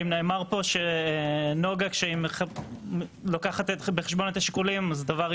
אם נאמר פה שכשנגה לוקחת בחשבון את השיקולים, היא